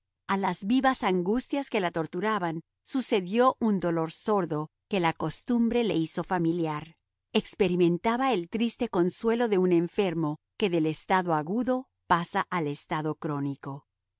a las vivas angustias que la torturaban sucedió un dolor sordo que la costumbre le hizo familiar experimentaba el triste consuelo de un enfermo que del estado agudo pasa al estado crónico